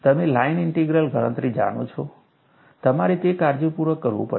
તમે line integral ગણતરી જાણો છો તમારે તે કાળજીપૂર્વક કરવું પડશે